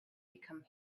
become